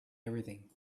everything